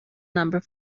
number